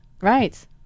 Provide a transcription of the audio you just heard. right